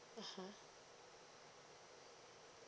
(uh huh)